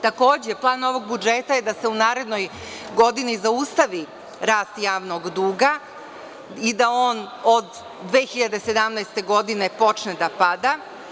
Takođe, plan ovog budžeta je da se u narednoj godini zaustavi rast javnog duga i da on od 2017. godine počne da pada.